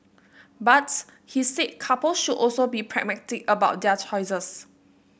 but he said couples should also be pragmatic about their choices